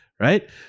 Right